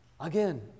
again